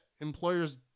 employers